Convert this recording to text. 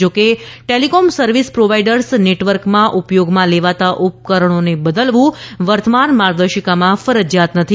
જો કે telecom service providers નેટવર્કમાં ઉપયોગમાં લેવાતા ઉપકરણોને બદલવું વર્તમાન માર્ગદર્શિકામાં ફરજીયાત નથી